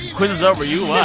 quiz is over. you